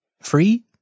free